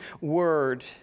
word